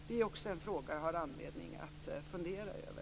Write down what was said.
Det är en fråga som jag har anledning att fundera över.